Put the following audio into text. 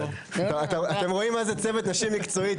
אתם רואים מה זה צוות נשי מקצועי?